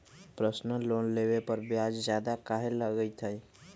Personal loan लेबे पर ब्याज ज्यादा काहे लागईत है?